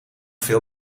veel